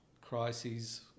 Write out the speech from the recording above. crises